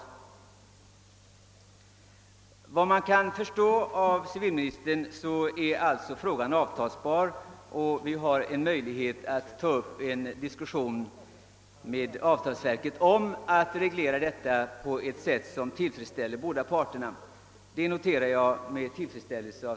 Efter vad man kan förstå av civilministerns svar kan alltså frågan lösas genom avtal och vi har möjlighet att ta upp en diskussion med avtalsverket om att reglera förhållandena på ett sätt, som tillfredsställer båda parter. Detta noterar jag med tillfredsställelse.